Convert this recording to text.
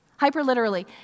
Hyperliterally